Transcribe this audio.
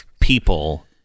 people